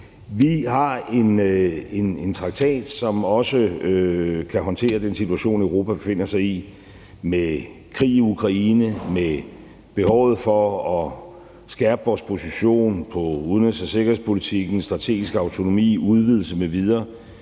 Vi har en traktat, som også kan håndtere den situation, Europa befinder sig i – med en krig i Ukraine, med behovet for at skærpe vores position i udenrigs- og sikkerhedspolitikken, strategisk autonomi, en udvidelse m.v.